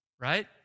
right